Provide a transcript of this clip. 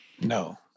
No